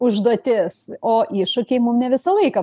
užduotis o iššūkiai mum ne visą laiką